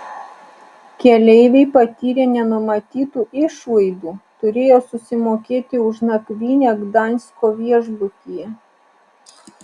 keleiviai patyrė nenumatytų išlaidų turėjo susimokėti už nakvynę gdansko viešbutyje